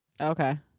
Okay